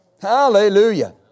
Hallelujah